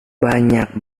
banyak